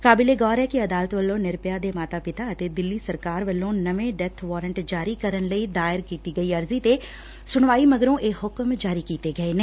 ਕਾਬਿਲੇ ਗੌਰ ਐ ਕਿ ਅਦਾਲਤ ਵੱਲੋਂ ਨਿਰਭੈਆ ਦੇ ਮਾਤਾ ਪਿਤਾ ਅਤੇ ਦਿੱਲੀਂ ਸਰਕਾਰ ਵੱਲੋਂ ਨਵੇਂ ਡੈਥ ਵਾਰੰਟ ਜਾਰੀ ਕਰਨ ਲਈ ਦਾਇਰ ਕੀਤੀ ਗਈ ਅਰਜ਼ੀ ਤੇ ਸੁਣਵਾਈ ਮਗਰੋਂ ਇਹ ਹੁਕਮ ਜਾਰੀ ਕੀਤੇ ਨੇ